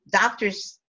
doctors